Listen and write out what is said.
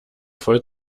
voll